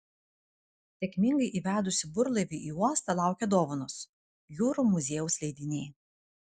sėkmingai įvedusių burlaivį į uostą laukia dovanos jūrų muziejaus leidiniai